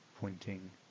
pointing